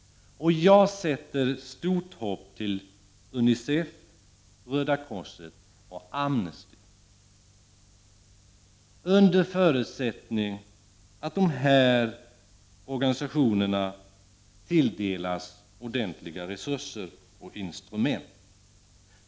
Jag sätter stort hopp till Unicef, Röda Korset och Amnesty, under förutsättning att organisationerna tilldelas or dentliga resurser och instrument.